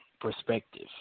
perspective